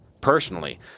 personally